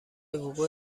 وقوع